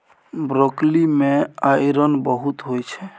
broccoli मे iron बहुत होइ छै